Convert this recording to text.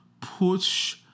push